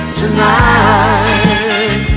tonight